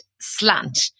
slant